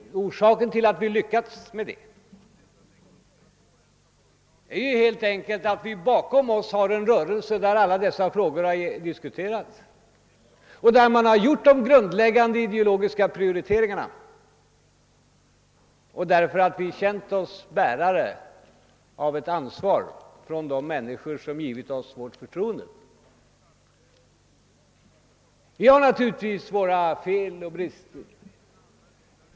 Orsaken till att vi lyckats härmed är helt enkelt den att vi bakom oss har en rörelse, där alla dessa frågor diskuterats och där man gjort de grundläggande ideologiska prioriteringarna. Orsaken är också att vi känt oss som bärare av ett ansvar som pålagts oss av de människor som gett oss sitt förtroende. Vi har naturligtvis våra fel och brister.